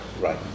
right